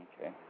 Okay